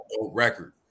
record